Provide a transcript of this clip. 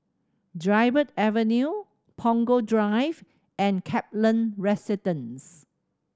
Dryburgh Avenue Punggol Drive and Kaplan Residence